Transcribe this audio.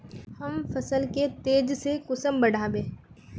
हम फसल के तेज से कुंसम बढ़बे?